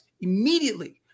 immediately